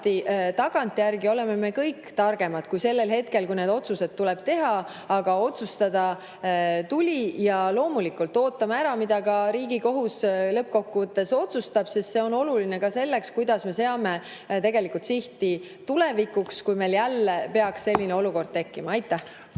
Tagantjärele oleme alati kõik targemad kui sellel hetkel, kui need otsused tuleb teha, aga otsustada tuli. Ja loomulikult ootame ära, mida Riigikohus lõppkokkuvõttes otsustab, sest see on oluline ka selleks, kuidas me seame sihti tulevikus, kui meil jälle peaks selline olukord tekkima. Nüüd